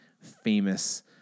famous